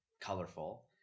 colorful